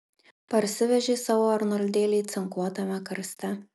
parsivežė savo arnoldėlį cinkuotame karste